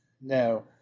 No